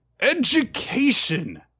education